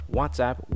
WhatsApp